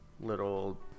little